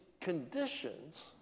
conditions